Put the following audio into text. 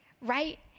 Right